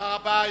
תודה רבה.